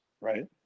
right